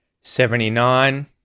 Seventy-nine